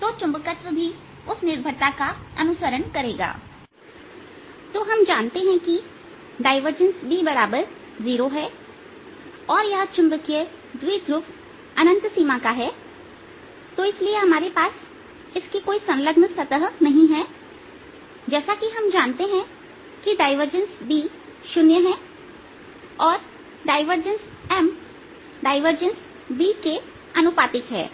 तो चुंबकत्व m भी उस निर्भरता का अनुसरण करेगा तो हम जानते है कि डायवर्जेंस B0 है और यह चुंबकीय द्विध्रुव अनंत सीमा का है तो इसलिए हमारे पास इसकी संलग्न सतह नहीं है जैसा कि हम जानते हैं कि डायवर्जेंस B शून्य है और डायवर्जेंस M डायवर्जेंस B के अनुपातिक है